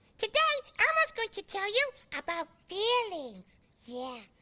today elmo's going to tell you about feelings yeah.